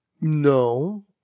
No